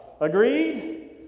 Agreed